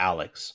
Alex